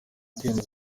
kwemera